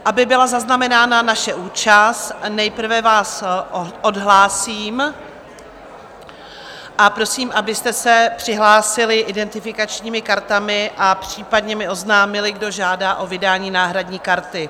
Aby byla zaznamenána naše účast, nejprve vás odhlásím a prosím, abyste se přihlásili identifikačními kartami a případně mi oznámili, kdo žádá o vydání náhradní karty.